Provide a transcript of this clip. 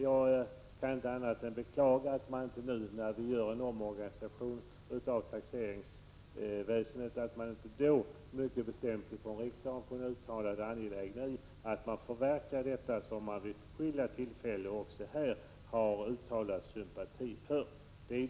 Jag kan inte annat än beklaga att inte riksdagen nu, när man genomför en omläggning av taxeringsväsendet, mycket bestämt uttalar det angelägna i att förverkliga detta mål, som man vid skilda tillfällen har visat sympati för.